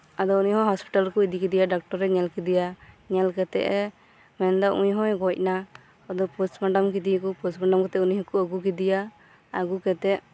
ᱟᱫᱚ ᱩᱱᱤ ᱦᱚᱸ ᱦᱚᱥᱯᱤᱴᱟᱞ ᱨᱮᱠᱩ ᱤᱫᱤᱠᱤᱫᱮᱭᱟ ᱰᱟᱠᱴᱚᱨᱮ ᱧᱮᱞ ᱠᱤᱫᱤᱭᱟ ᱧᱮᱞᱠᱮᱛᱮᱜ ᱮ ᱢᱮᱱᱫᱟ ᱩᱱᱤᱦᱚᱸᱭ ᱜᱚᱡᱽᱱᱟ ᱟᱫᱚ ᱯᱚᱥᱢᱟᱰᱟᱢ ᱠᱤᱫᱤᱭᱟ ᱯᱚᱥᱢᱟᱰᱟᱢ ᱠᱟᱛᱮᱫ ᱩᱱᱤ ᱦᱚᱠᱚ ᱟᱹᱜᱩ ᱠᱤᱫᱤᱭᱟ ᱟᱹᱜᱩ ᱠᱮᱛᱮᱫ